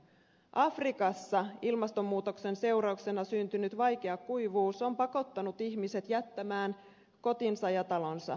afrikassa ilmastonmuutoksen seurauksena syntynyt vaikea kuivuus on pakottanut ihmiset jättämään kotinsa ja talonsa